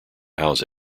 house